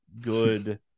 good